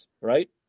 right